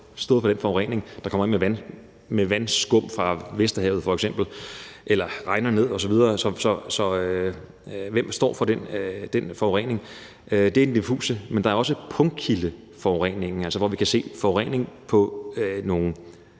har stået for den forurening, der f.eks. kommer ind med havskummet fra Vesterhavet eller regner ned osv. Hvem står for den forurening? Det er den diffuse forurening. Men der er også punktkildeforurening, hvor vi kan se forurening på nogle